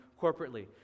corporately